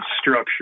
structure